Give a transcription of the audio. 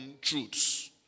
truths